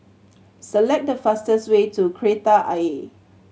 select the fastest way to Kreta Ayer